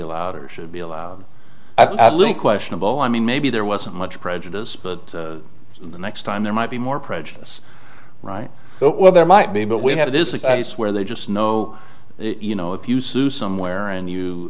allowed or should be allowed i've linked questionable i mean maybe there wasn't much prejudice but the next time there might be more prejudice right well there might be but we've had it is that it's where they just know you know if you sue somewhere and you